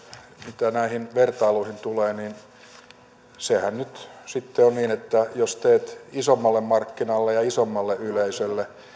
mitä näihin vertailuihin tulee niin sehän nyt sitten on niin että jos teet isommalle markkinalle ja isommalle yleisölle